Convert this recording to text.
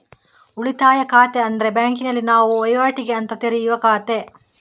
ಉಳಿತಾಯ ಖಾತೆ ಅಂದ್ರೆ ಬ್ಯಾಂಕಿನಲ್ಲಿ ನಾವು ವೈವಾಟಿಗೆ ಅಂತ ತೆರೆಯುವ ಖಾತೆ